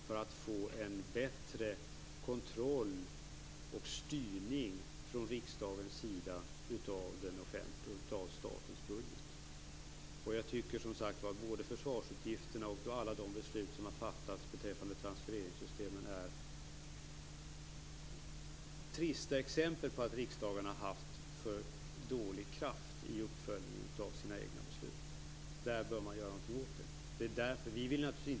Vi får då en bättre kontroll och styrning från riksdagens sida av statens budget. Jag tycker som sagt att både försvarsutgifterna och alla de beslut som har fattats beträffande transfereringssystemen är trista exempel på att riksdagen har haft för dålig kraft i uppföljningen av sina egna beslut. Det bör man göra någonting åt.